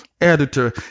editor